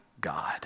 God